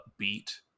upbeat